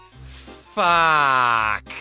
Fuck